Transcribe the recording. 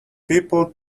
people